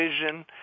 vision